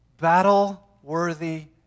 battle-worthy